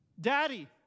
Daddy